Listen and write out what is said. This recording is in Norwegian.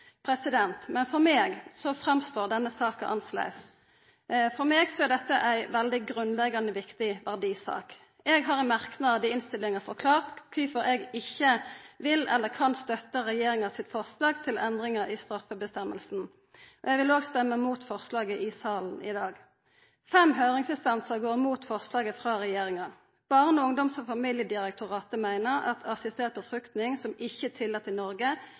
synet. Men for meg framstår denne saka annleis. For meg er dette ei grunnleggjande viktig verdisak. Eg har i merknad i innstillinga forklart kvifor eg ikkje vil eller kan støtta regjeringas forslag til endringar i straffeføresegna. Eg vil òg stemma mot forslaget i salen i dag. Fem høyringsintansar går mot forslaget frå regjeringa. Barne-, ungdoms- og familiedirektoratet meiner at assistert befruktning som ikkje er tillatt i Noreg, og all form for medverknad til